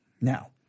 Now